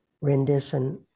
rendition